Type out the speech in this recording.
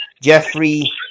Jeffrey